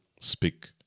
speak